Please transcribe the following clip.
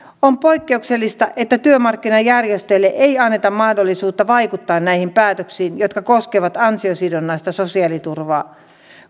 on poikkeuksellista että työmarkkinajärjestöille ei anneta mahdollisuutta vaikuttaa näihin päätöksiin jotka koskevat ansiosidonnaista sosiaaliturvaa